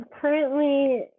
currently